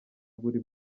buri